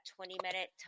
20-minute